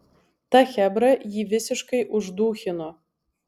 ta chebra jį visiškai uždūchino